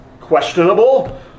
questionable